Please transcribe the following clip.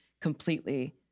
completely